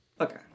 Okay